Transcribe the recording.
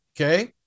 okay